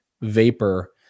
vapor